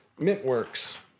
Mintworks